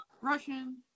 Russian